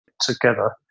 together